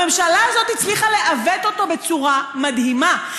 הממשלה הזאת הצליחה לעוות אותו בצורה מדהימה.